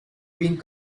being